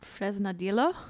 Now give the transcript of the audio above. Fresnadillo